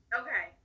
okay